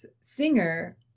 singer